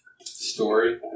Story